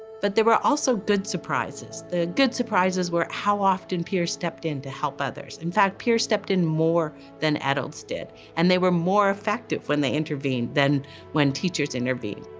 but there were also good surprises. the good surprises were how often peers stepped in to help others. in fact, peers stepped in more than adults did and they were more effective when they intervened than when teachers intervened.